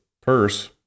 purse